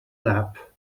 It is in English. lap